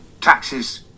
taxes